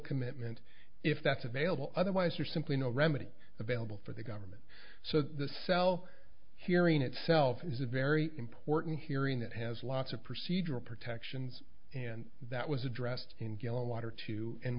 commitment if that's available otherwise are simply no remedy available for the government so the cell hearing itself is a very important hearing that has lots of procedural protections and that was addressed in gallon water two